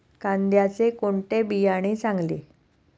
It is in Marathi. कांद्याचे कोणते बियाणे चांगले?